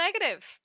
negative